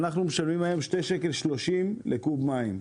אנחנו משלמים היום 2.3 ₪ לקוב מים,